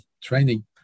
training